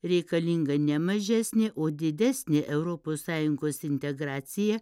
reikalinga ne mažesnė o didesnė europos sąjungos integracija